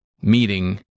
meeting